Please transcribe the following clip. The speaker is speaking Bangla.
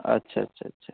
আচ্ছা আচ্ছা আচ্ছা